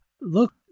look